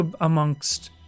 amongst